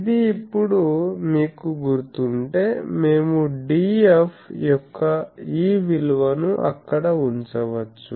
ఇది ఇప్పుడు మీకు గుర్తుంటే మేము Df యొక్క ఈ విలువను అక్కడ ఉంచవచ్చు